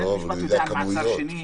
בית משפט יודע על מעצר שני,